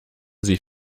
sie